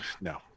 No